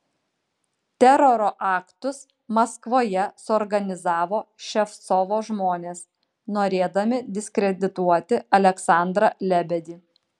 teroro aktus maskvoje suorganizavo ševcovo žmonės norėdami diskredituoti aleksandrą lebedį